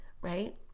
right